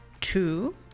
two